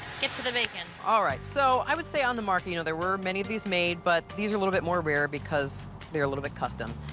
get to the bacon. all right, so i would say on the market you know, there were many of these made. but these are a little bit more rare, because they are a little bit custom.